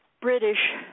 British